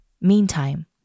Meantime